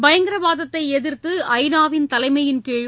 பயங்கரவாதத்தை எதிர்த்து ஐநாவின் தலைமையின்கீழ்